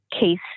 case